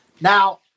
Now